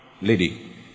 lady